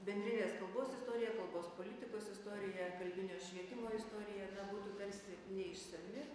bendrinės kalbos istorija kalbos politikos istorija kalbinio švietimo istorija na būtų tarsi neišsami